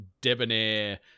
debonair